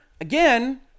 again